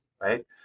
right